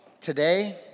today